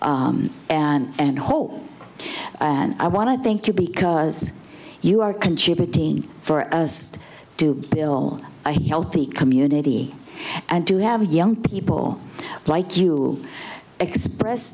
pride and hope and i want to thank you because you are contributing for us to fill a healthy community and to have young people like you express